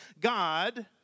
God